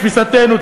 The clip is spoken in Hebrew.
תפיסתנו,